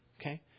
Okay